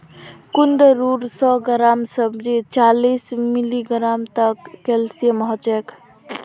कुंदरूर सौ ग्राम सब्जीत चालीस मिलीग्राम तक कैल्शियम ह छेक